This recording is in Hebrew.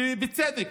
בצדק,